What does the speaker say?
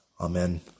Amen